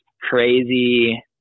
crazy